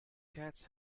cats